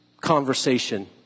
conversation